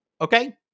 okay